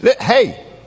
hey